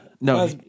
no